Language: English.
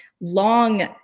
long